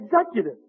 executive